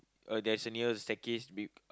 uh there's a near the staircase we